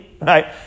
Right